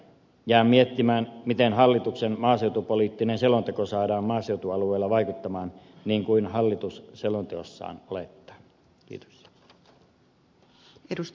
jään miettimään miten hallituksen maaseutupoliittinen selonteko saadaan maaseutualueella vaikuttamaan niin kuin hallitus selonteossaan olettaa